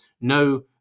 No